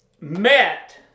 met